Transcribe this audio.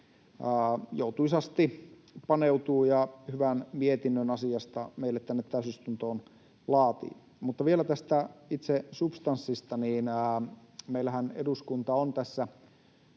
joutuisasti paneutuu ja hyvän mietinnön asiasta meille täysistuntoon laatii. Mutta vielä tästä itse substanssista: Meillähän eduskunta on tässä